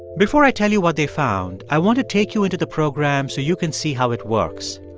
before i tell you what they found, i want to take you into the program so you can see how it works.